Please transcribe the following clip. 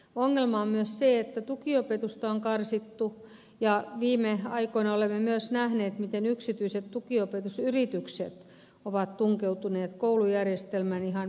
ongelma on myös se että tukiopetusta on karsittu ja viime aikoina olemme myös nähneet miten yksityiset tukiopetusyritykset ovat tunkeutuneet koulujärjestelmään ihan bisnesaatteella